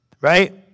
Right